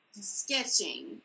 Sketching